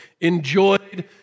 enjoyed